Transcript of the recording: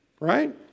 Right